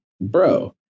bro